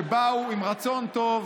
שבאו עם רצון טוב